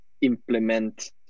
implement